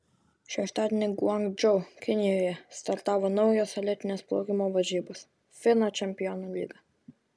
šeštadienį guangdžou kinijoje startavo naujos elitinės plaukimo varžybos fina čempionų lyga